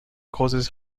causes